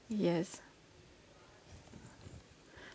yes